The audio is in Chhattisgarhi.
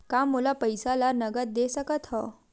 का मोला पईसा ला नगद दे सकत हव?